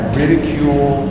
ridicule